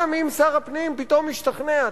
גם אם שר הפנים פתאום השתכנע,